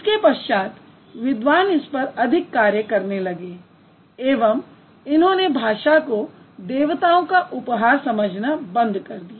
इसके पश्चात विद्वान इस पर अधिक कार्य करने लगे एवं इन्होंने भाषा को देवताओं का उपहार समझना बंद कर दिया